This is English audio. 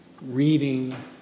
reading